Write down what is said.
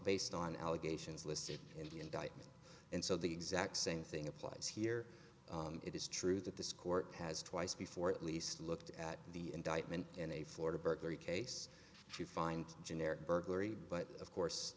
based on allegations listed in the indictment and so the exact same thing applies here it is true that this court has twice before at least looked at the indictment in a florida burglary case to find generic burglary but of course